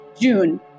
June